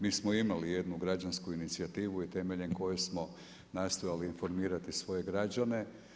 Mi smo imali jednu građansku inicijativu i temeljem koje smo nastojali informirati svoje građane.